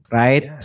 right